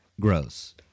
gross